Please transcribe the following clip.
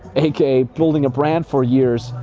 aka building a brand for years,